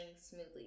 smoothly